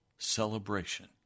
Celebration